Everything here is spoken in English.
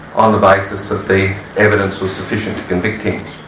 on the basis that the evidence was sufficient to convict him.